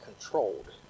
controlled